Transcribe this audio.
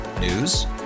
News